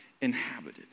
inhabited